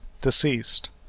deceased